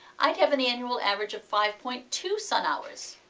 i'd have an annual average of five point two sun hours.